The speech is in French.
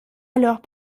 alors